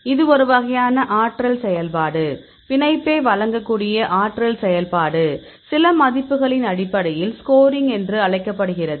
இது ஒரு வகையான ஆற்றல் செயல்பாடு பிணைப்பை வழங்கக்கூடிய ஆற்றல் செயல்பாடு சில மதிப்புகளின் அடிப்படையில் ஸ்கோரிங் என்று அழைக்கப்படுகிறது